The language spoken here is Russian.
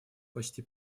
почти